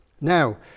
Now